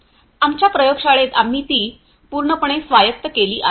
आणि आमच्या प्रयोगशाळेत आम्ही ती पूर्णपणे स्वायत्त केली आहे